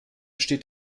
steht